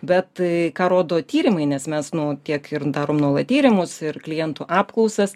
bet ką rodo tyrimai nes mes nu tiek ir darom nuolat tyrimus ir klientų apklausas